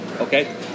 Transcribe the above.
Okay